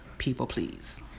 people-please